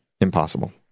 impossible